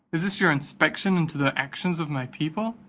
is this your inspection into the actions of my people?